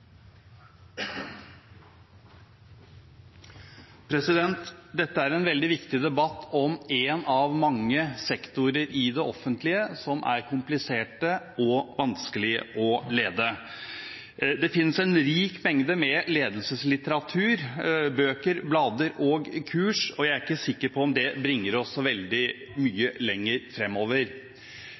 en veldig viktig debatt om en av mange sektorer i det offentlige som er kompliserte og vanskelige å lede. Det finnes en rik mengde med ledelseslitteratur, bøker, blader og kurs, og jeg er ikke sikker på om det bringer oss så veldig mye lenger fremover.